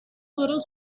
little